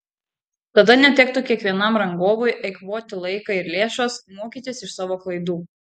tada netektų kiekvienam rangovui eikvoti laiką ir lėšas mokytis iš savo klaidų